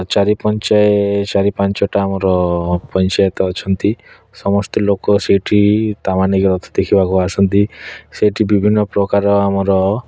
ଚାରି ପଞ୍ଚେ ଚାରି ପାଞ୍ଚଟା ଆମର ପଞ୍ଚାୟତ ଅଛନ୍ତି ସମସ୍ତେ ଲୋକ ସେଇଠି ତାମାନେ ଦେଖିବାକୁ ଆସନ୍ତି ସେଇଠି ବିଭିନ୍ନ ପ୍ରକାରର ଆମର